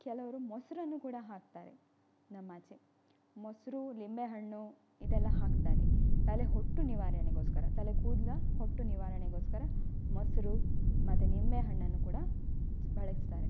ಕೆಲವರು ಮೊಸರನ್ನು ಕೂಡ ಹಾಕ್ತಾರೆ ನಮ್ಮ ಆಚೆ ಮೊಸರು ಲಿಂಬೆಹಣ್ಣು ಇದೆಲ್ಲ ಹಾಕ್ತಾರೆ ತಲೆ ಹೊಟ್ಟು ನಿವಾರಣೆಗೋಸ್ಕರ ತಲೆ ಕೂದಲ ಹೊಟ್ಟು ನಿವಾರಣೆಗೋಸ್ಕರ ಮೊಸರು ಮತ್ತು ನಿಂಬೆ ಹಣ್ಣನ್ನು ಕೂಡ ಬಳಸ್ತಾರೆ